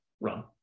run